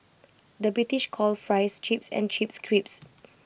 the British calls Fries Chips and Chips Crisps